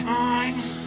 times